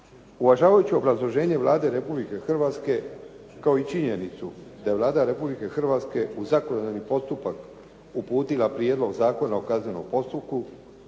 Uvažavajući obrazloženje Vlade Republike Hrvatske, kao i činjenicu da je Vlada Republike Hrvatske u zakonodavni postupak uputila Prijedlog Zakona o kaznenom postupku,